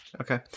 Okay